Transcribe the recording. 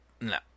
no